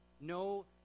No